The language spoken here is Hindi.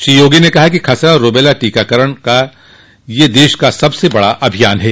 श्री योगी ने कहा कि खसरा और रूबेला टीकाकरण का यह देश का सबसे बड़ा अभियान है